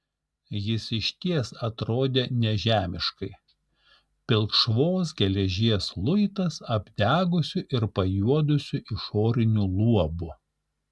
jis išties atrodė nežemiškai pilkšvos geležies luitas apdegusiu ir pajuodusiu išoriniu luobu